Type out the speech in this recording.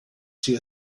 see